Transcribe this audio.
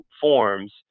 forms